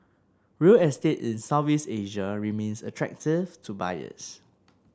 real estate in Southeast Asia remains attractive to buyers